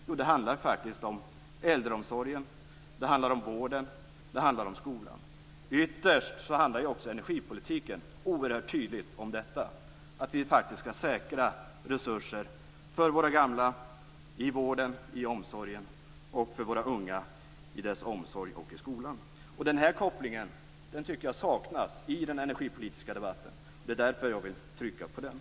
Jo, det handlar faktiskt om äldreomsorgen, det handlar om vården, och det handlar om skolan. Ytterst handlar också energipolitiken oerhört tydligt om detta, att vi faktiskt skall säkra resurser för våra gamla, i vården och omsorgen, och för våra unga i deras omsorg och i skolan. Den här kopplingen saknas i den energipolitiska debatten. Det är därför jag vill trycka på den.